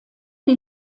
die